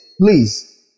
Please